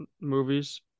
movies